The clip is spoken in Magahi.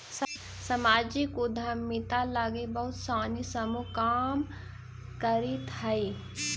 सामाजिक उद्यमिता लगी बहुत सानी समूह काम करित हई